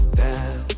down